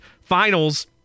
finals